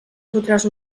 fotràs